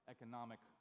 Economic